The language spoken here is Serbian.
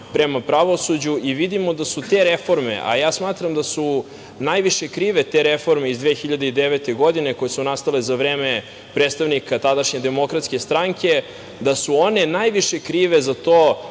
prema pravosuđu i vidimo da su te reforme, a ja smatram da su najviše krive te reforme iz 2009. godine koje su nastale za vreme predstavnika tadašnje DS, najviše krive za to